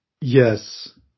Yes